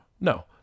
No